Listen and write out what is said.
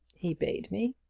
he bade me.